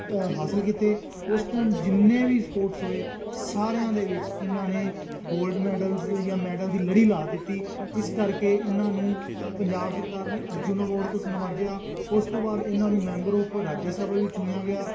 ਹਾਸਿਲ ਕੀਤੇ ਉਸ ਟਾਈਮ ਜਿੰਨੇ ਵੀ ਸਪੋਰਟਸ ਹੋਏ ਸਾਰਿਆਂ ਦੇ ਵਿੱਚ ਇਹਨਾਂ ਨੇ ਗੋਲਡ ਮੈਡਲਜ਼ ਜਾਂ ਮੈਡਲ ਦੀ ਲੜੀ ਲਾ ਦਿੱਤੀ ਇਸ ਕਰਕੇ ਇਹਨਾਂ ਨੂੰ ਪੰਜਾਬ ਸਰਕਾਰ ਨੇ ਅਰਜੁਨ ਅਵਾਰਡ ਤੋਂ ਸ ਨਿਵਾਜਿਆ ਉਸ ਤੋਂ ਬਾਅਦ ਇਹਨਾਂ ਨੂੰ ਮੈਂਬਰ ਆਫ ਰਾਜ ਸਭਾ ਵੀ ਚੁਣਿਆ ਗਿਆ